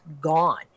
gone